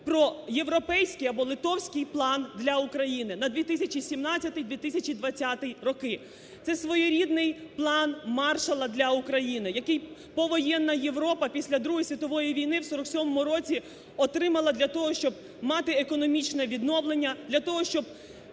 про європейський або литовський план для України на 2017-2020 роки. Це своєрідний "план Маршалла" для України, який повоєнна Європа після Другої світової війни в 47-му році отримала для того, щоб мати економічне відновлення, для того, щоб